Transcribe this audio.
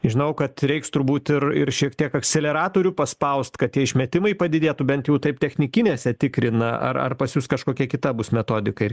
žinau kad reiks turbūt ir ir šiek tiek akceleratorių paspaust kad tie išmetimai padidėtų bent jau taip technikinėse tikrina ar ar pas jus kažkokia kita bus metodika ir